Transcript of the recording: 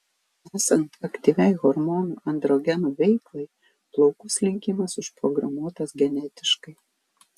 esant aktyviai hormonų androgenų veiklai plaukų slinkimas užprogramuotas genetiškai